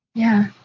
yeah,